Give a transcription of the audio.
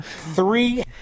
Three